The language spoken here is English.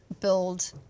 build